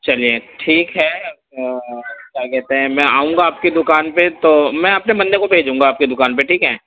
چلیے ٹھیک ہے کیا کہتے ہیں میں آؤں گا آپ کی دوکان پہ تو میں اپنے بندے کو بھیجوں گا آپ کی دوکان پہ ٹھیک ہے